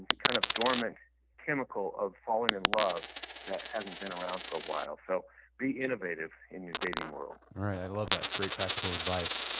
and kind of dormant chemical of falling in love that hasn't been around for a while. so be innovative in your dating world i love that. it's great practical advice.